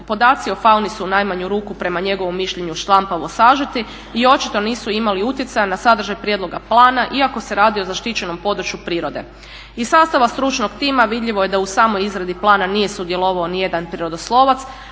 Podaci o fauni su u najmanju ruku prema njegovom mišljenju šlampavom sažeti i očito nisu imali utjecaja na sadržaj prijedloga plana iako se radi o zaštićenom području prirode. Iz sastava stručnog tima vidljivo je da u samoj izradi plana nije sudjelovao nijedan prirodoslovac,